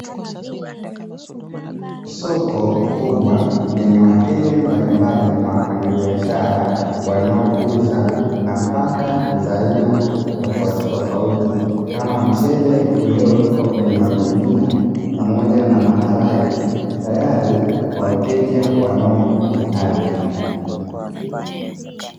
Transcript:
Soko kubwa lenye wateja mbalimbali na wafanyabiashara wanaouza nafaka za aina tofautitofauti kama mchele uliowekwa kwenye magunia, pamoja na maharage; tayari kwa wateja wanaohitaji.